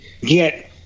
get